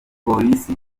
polisi